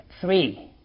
Three